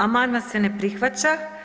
Amandman se ne prihvaća.